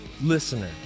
listener